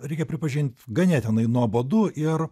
reikia pripažint ganėtinai nuobodu ir